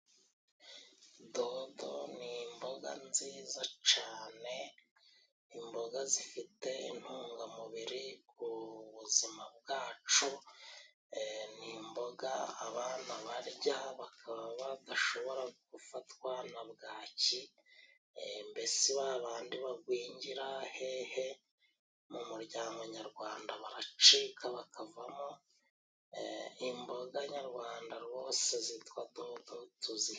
Dodo ni imboga nziza cane, imboga zifite intungamubiri ku buzima bwacu e nimboga abana barya bakaba badashobora gufatwa na bwaki mbese babandi bagwingira hehe mu muryango nyarwanda baracika bakavamo, imboga nyarwanda rwose zitwa dodo tuzi.